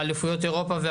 וכל ה"טוטו" -- יש את ההסכם.